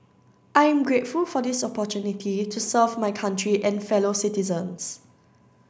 I am grateful for this opportunity to serve my country and fellow citizens